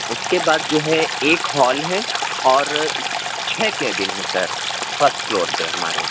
اُس کے بعد جو ہے ایک ہال ہے اور چھ کیبن ہیں سر فسٹ فلور پہ ہمارے